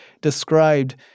described